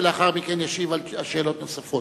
ולאחר מכן ישיב על שאלות נוספות.